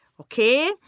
Okay